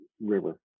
river